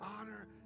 honor